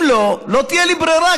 אם לא, לא תהיה לי ברירה.